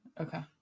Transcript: Okay